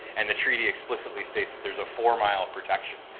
and the treaty explicitly states that there's a four mile protection.